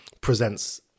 presents